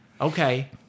okay